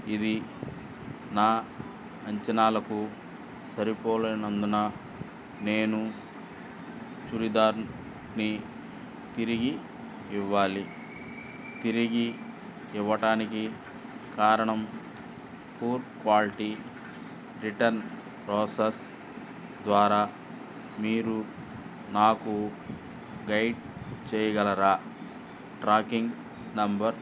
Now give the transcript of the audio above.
ఇది నా అంచనాలకు సరిపోలేనందున నేను చురిదార్ని తిరిగి ఇవ్వాలి తిరిగి ఇవ్వడానికి కారణం పూర్ క్యాలిటీ రిటర్న్ ప్రాసెస్ ద్వారా మీరు నాకు గైడ్ చేయగలరా ట్రాకింగ్ నెంబర్